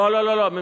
לא, לא, לא, לא.